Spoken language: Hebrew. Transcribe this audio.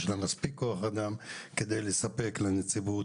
יש להם מספיק כוח אדם כדי לספק לנציבות.